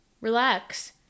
Relax